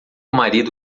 marido